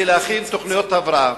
ולהכין תוכניות הבראה?